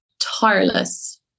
tireless